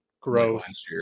gross